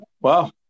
Wow